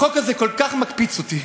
החוק הזה כל כך מקפיץ אותי,